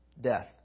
Death